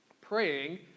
praying